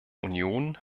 union